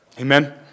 Amen